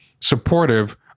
supportive